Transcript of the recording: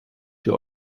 der